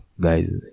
Guys